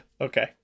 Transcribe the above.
okay